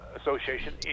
Association